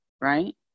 right